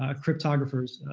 ah cryptographers,